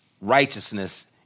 righteousness